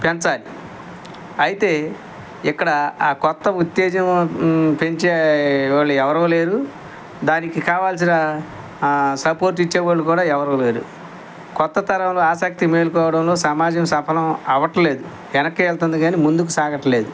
పెంచాలి అయితే ఇక్కడ ఆ కొత్త ఉత్తేజం పెంచే వాళ్ళు ఎవరూ లేరు దానికి కావాల్సిన సపోర్ట్ ఇచ్చేవాళ్ళు కూడా ఎవరూ లేరు కొత్త తరంలో ఆసక్తి మేలుకోవడంలో సమాజం సఫలం అవ్వట్లేదు వెనక్కే వెళ్తుంది కానీ ముందుకు సాగట్లేదు